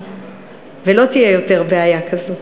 ולא תהיה יותר בעיה כזאת.